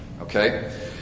Okay